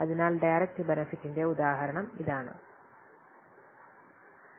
അതിനാൽ ഡയറക്റ്റ് ബെനെഫിട്ടിന്റെ ഉദാഹരണമാണിത്